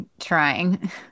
trying